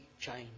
change